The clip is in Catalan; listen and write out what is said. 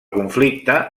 conflicte